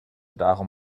darum